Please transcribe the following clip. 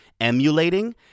emulating